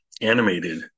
animated